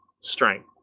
strength